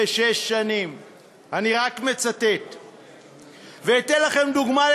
חברי חברי